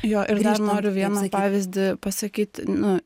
jo ir dar noriu vieną pavyzdį pasakyt nu